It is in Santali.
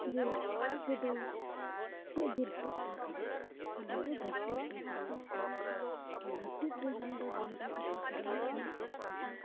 ᱡᱮ ᱟᱯᱮ ᱫᱚ ᱪᱮᱫ ᱡᱤᱞ ᱯᱮ ᱩᱛᱩ ᱠᱟᱫᱟ ᱟᱞᱮ ᱫᱚ ᱫᱷᱟᱹᱨᱛᱤ ᱩᱴᱟᱹ ᱡᱤᱞ ᱞᱮ ᱩᱛᱩ ᱠᱟᱫᱟ ᱟᱨ ᱫᱷᱟᱹᱨᱛᱤ ᱩᱴᱟᱹ ᱡᱤᱞ ᱫᱚ ᱵᱷᱮᱱᱛᱟ ᱠᱟᱛᱷᱟ ᱛᱮᱫᱚ ᱦᱩᱭᱩᱜ ᱠᱟᱱᱟ ᱥᱩᱠᱨᱤ ᱡᱤᱞ